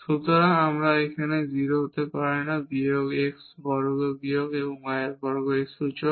সুতরাং এবং এটি 0 হতে পারে না বিয়োগ x বর্গ বিয়োগ y বর্গের এই সূচক